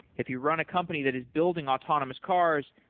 if you run a company that is building autonomous cars,